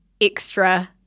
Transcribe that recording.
extra